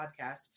podcast